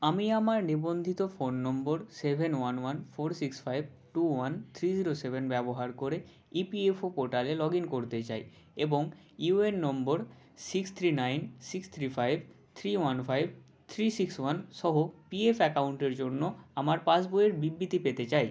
আমি আমার নিবন্ধিত phone number seven one one four six five two one three zero seven ব্যবহার করে ইপিএফও পোর্টালে লগইন করতে চাই এবং UN number six three nine six three five three one five three six one সহ পিএফ অ্যাকাউন্টের জন্য আমার পাসবইয়ের বিবৃতি পেতে চাই